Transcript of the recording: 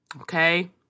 Okay